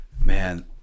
Man